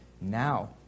now